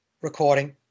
recording